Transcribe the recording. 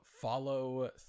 follow